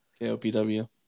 KOPW